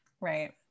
Right